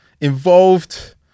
involved